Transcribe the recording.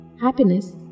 Happiness